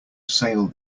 sail